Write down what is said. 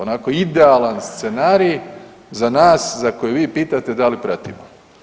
Onako idealan scenarij za nas za koje vi pitate da li pratimo.